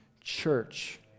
church